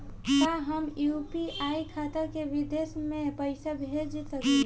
का हम यू.पी.आई खाता से विदेश म पईसा भेज सकिला?